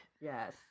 Yes